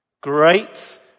great